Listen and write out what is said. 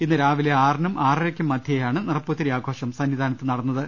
ഇന്ന് രാവിലെ ആറിനും ആറരക്കും മധ്യേയാണ് നിറപ്പുത്തരി ആഘോഷം സന്നിധാനത്ത് നടന്നത്